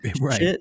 Right